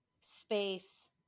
space